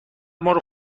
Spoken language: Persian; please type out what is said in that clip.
مارو